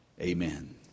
Amen